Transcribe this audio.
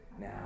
Now